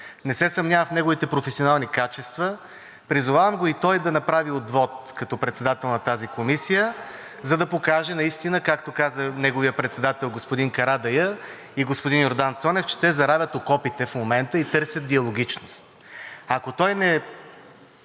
Не се съмнявам в неговите професионални качества. Призовавам го и той да направи отвод като председател на тази комисия, за да покаже наистина, както каза неговият председател господин Карадайъ и господин Йордан Цонев, че те заравят окопите в момента и търсят диалогичност. Ако той не